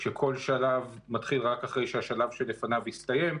כשכל שלב מתחיל רק אחרי שהשלב שלפניו הסתיים,